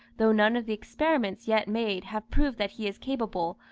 though none of the experiments yet made have proved that he is capable,